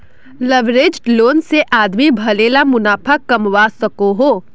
leveraged loan से आदमी भले ला मुनाफ़ा कमवा सकोहो